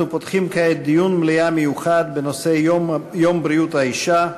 אנחנו פותחים כעת דיון מליאה מיוחד בנושא יום בריאות האישה,